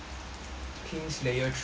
king slayer trios